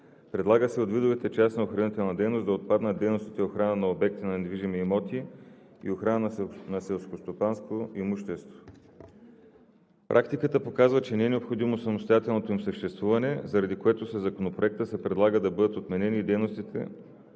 Предлага се от видовете частна охранителна дейност да отпаднат дейностите охрана на обекти на недвижими имоти и охрана на селскостопанско имущество. Практиката показва, че не е необходимо самостоятелното им съществуване, заради което със Законопроекта се предлага да бъдат отменени и дейностите